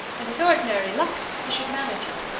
and with ordinary luck ye should manage it.